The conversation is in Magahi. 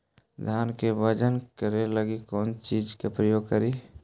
धान के बजन करे लगी कौन चिज के प्रयोग करि?